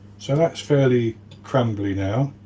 so that's fairly crumbly now